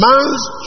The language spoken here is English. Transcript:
man's